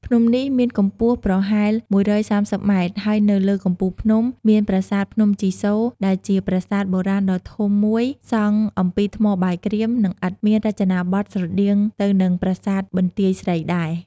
ភ្នំនេះមានកម្ពស់ប្រហែល ១៣០ ម៉ែត្រ ហើយនៅលើកំពូលភ្នំ មាន ប្រាសាទភ្នំជីសូរ ដែលជាប្រាសាទបុរាណដ៏ធំមួយសង់អំពីថ្មបាយក្រៀម និងឥដ្ឋ មានរចនាបថស្រដៀងទៅនឹងប្រាសាទបន្ទាយស្រីដែរ។